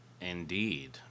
indeed